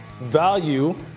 value